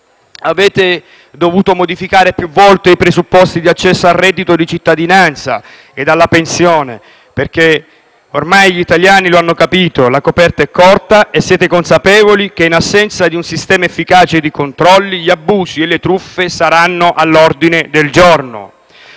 Avete dovuto modificare più volte i presupposti di accesso al reddito di cittadinanza e alla pensione perché - ormai gli italiani lo hanno capito - la coperta è corta e siete consapevoli che, in assenza di un sistema efficace di controlli, gli abusi e le truffe saranno all'ordine del giorno.